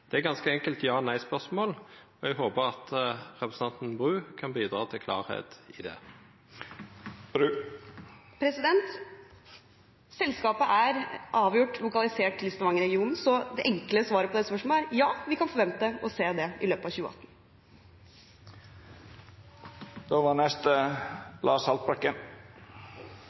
er eit ganske enkelt ja/nei-spørsmål, og eg håpar at representanten Bru kan bidra til klarleik i det. Selskapet er avgjort lokalisert til Stavanger-regionen, så det enkle svaret på det spørsmålet er: Ja, vi kan forvente å se det i løpet av